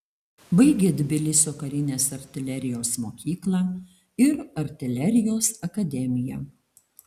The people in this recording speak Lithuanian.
baigė tbilisio karinės artilerijos mokyklą ir artilerijos akademiją